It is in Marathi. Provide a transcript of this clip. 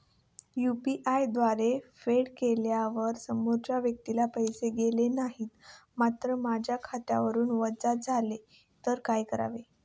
यु.पी.आय द्वारे फेड केल्यावर समोरच्या व्यक्तीला पैसे गेले नाहीत मात्र माझ्या खात्यावरून वजा झाले तर काय करावे?